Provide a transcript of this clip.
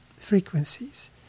frequencies